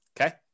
Okay